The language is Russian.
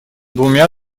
двумя